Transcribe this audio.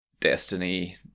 Destiny